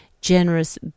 generous